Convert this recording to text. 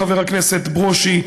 חבר הכנסת ברושי,